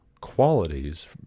qualities